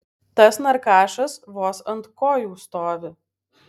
tas narkašas vos ant kojų stovi